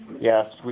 Yes